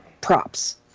props